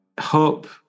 hope